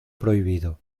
prohibido